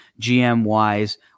GM-wise